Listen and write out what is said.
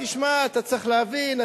תשמע אתה צריך להבין,